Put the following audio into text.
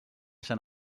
sant